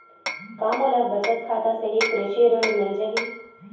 का मोला बचत खाता से ही कृषि ऋण मिल जाहि?